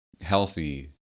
healthy